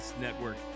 Network